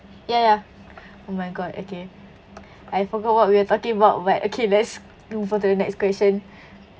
ya ya oh my god okay I forgot what we are talking about but okay let's move over to the next question